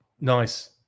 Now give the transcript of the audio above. nice